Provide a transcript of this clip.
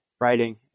writing